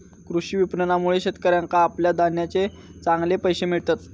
कृषी विपणनामुळे शेतकऱ्याका आपल्या धान्याचे चांगले पैशे मिळतत